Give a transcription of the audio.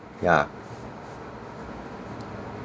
yeah